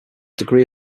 degree